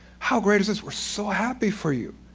how great is this? we're so happy for you.